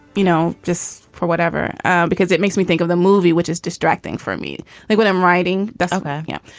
you know just for whatever because it makes me think of the movie which is distracting for me like when i'm writing that's okay. yeah.